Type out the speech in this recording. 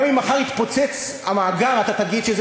גם אם מחר יתפוצץ המאגר אתה תגיד שזה